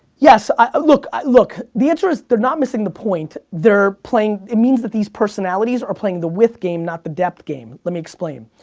yes, ah look, the answer is they're not missing the point, they're playing, it means that these personalities, are playing the width game, not the depth game, let me explain.